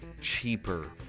cheaper